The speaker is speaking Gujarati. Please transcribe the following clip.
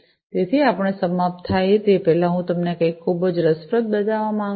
તેથી આપણે સમાપ્ત થાય તે પહેલાં હું તમને કંઈક ખૂબ જ રસપ્રદ બતાવવા માગું છું